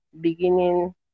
beginning